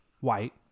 white